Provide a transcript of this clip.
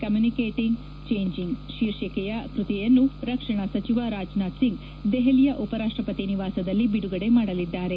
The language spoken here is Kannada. ಕಮ್ಯೂನಿಕೇಟಿಂಗ್ ಚೇಂಜಿಂಗ್ ಶೀರ್ಷಿಕೆಯ ಕೃತಿಯನ್ನು ರಕ್ಷಣಾ ಸಚಿವ ರಾಜನಾಥ್ ಸಿಂಗ್ ದೆಪಲಿಯ ಉಪರಾಷ್ಟಪತಿ ನಿವಾಸದಲ್ಲಿ ಬಿಡುಗಡೆ ಮಾಡಲಿದ್ದಾರೆ